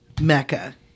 Mecca